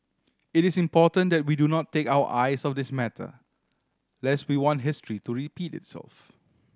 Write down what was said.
it is important that we do not take our eyes off this matter lest we want history to repeat itself